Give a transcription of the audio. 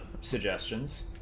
suggestions